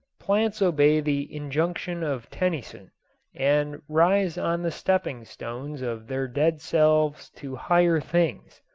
plants obey the injunction of tennyson and rise on the stepping stones of their dead selves to higher things.